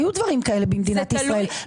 היו דברים כאלה במדינת ישראל.